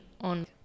on